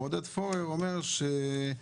ועודד פורר אומר שאז,